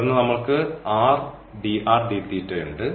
തുടർന്ന് നമ്മൾക്ക് r dr dθ ഉണ്ട്